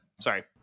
Sorry